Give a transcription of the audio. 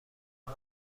عوض